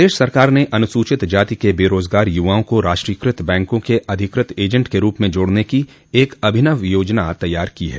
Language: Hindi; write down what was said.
प्रदेश सरकार ने अनुसूचित जाति के बेरोजगार युवाओं को राष्ट्रीयकृत बैंकों के अधिकृत एजेंट के रूप में जोड़ने की एक अभिनव योजना तैयार की है